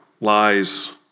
lies